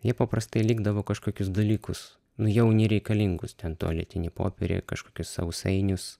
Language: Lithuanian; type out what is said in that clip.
jie paprastai likdavo kažkokius dalykus jau nereikalingus ten tualetinį popierį ar kažkokius sausainius